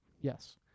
Yes